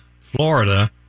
Florida